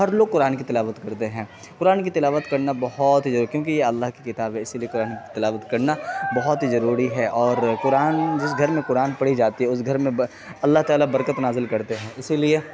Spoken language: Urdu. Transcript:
ہر لوگ قرآن کی تلاوت کرتے ہیں قرآن کی تلاوت کرنا بہت ہی ضروی کیونکہ یہ اللہ کی کتاب ہے اسی لیے کرآن کی تلاوت کرنا بہت ہی ضروری ہے اور قرآن جس گھر میں قرآن پڑھی جاتی ہے اس گھر میں اللہ تعالیٰ برکت نازل کرتے ہیں اسی لیے